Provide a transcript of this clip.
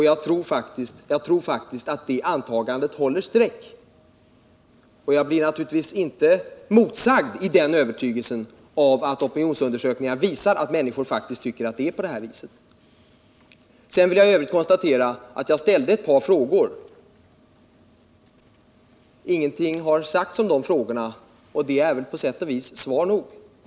Jag tror faktiskt att det antagandet håller streck, och jag stärks naturligtvis i den övertygelsen av att opinionsundersökningar visat att människorna faktiskt tycker att det är på det här viset. Jag vill sedan konstatera att jag ställde ett par frågor och att ingenting har sagts om dessa. Det är på sätt och vis svar nog.